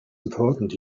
important